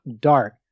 dark